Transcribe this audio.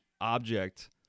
object